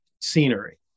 scenery